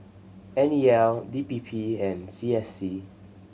N E L D P P and C S C